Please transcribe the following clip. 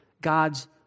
God's